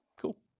Cool